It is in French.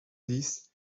dix